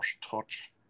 touch